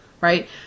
right